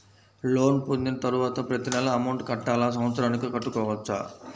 Loan పొందిన తరువాత ప్రతి నెల అమౌంట్ కట్టాలా? సంవత్సరానికి కట్టుకోవచ్చా?